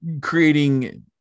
creating